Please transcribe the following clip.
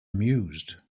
amused